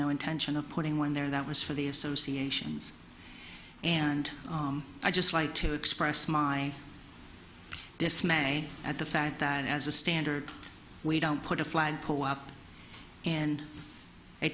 no intention of putting one there that was for the associations and i just like to express my dismay at the fact that as a standard we don't put a flagpole out and